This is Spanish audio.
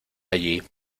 allí